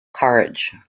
courage